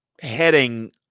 heading